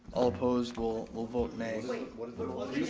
all opposed will will vote nay. wait, what is the